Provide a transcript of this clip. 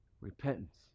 repentance